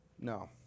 No